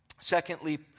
Secondly